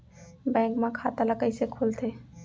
Bank म खाता ल कइसे खोलथे?